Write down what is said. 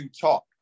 top